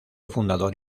fundador